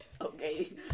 Okay